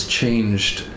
changed